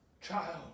child